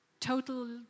total